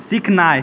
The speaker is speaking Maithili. सिखनाइ